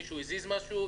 מישהו הזיז משהו,